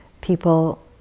people